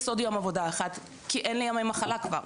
עוד יום עבודה אחד כי אין לי ימי מחלה כבר.